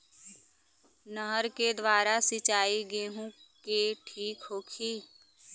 नहर के द्वारा सिंचाई गेहूँ के ठीक होखि?